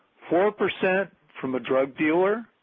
four percent from a drug dealer,